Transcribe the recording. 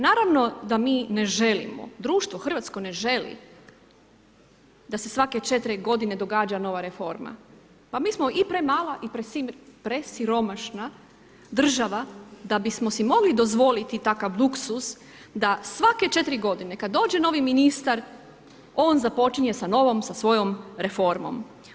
Naravno da mi ne želimo, društvo, hrvatsko ne želi, da se svake 4 g. događa nova reforma, pa mi smo i premala i presiromašna država da bismo si mogli dozvoliti takav luksuz da svake 4 godine kad dođe novi ministar, on započinje sa novom, sa svojom reformom.